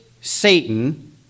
Satan